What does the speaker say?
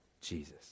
jesus